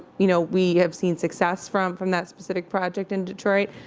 you know, we have seen success from from that specific project in detroit.